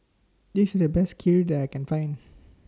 This The Best Kheer that I Can Find